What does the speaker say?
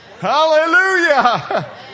Hallelujah